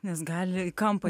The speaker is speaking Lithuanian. nes gali į kampą